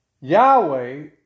Yahweh